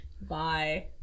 Bye